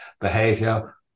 behavior